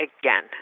again